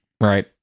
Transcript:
Right